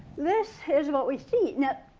this is what we see. now,